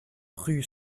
rue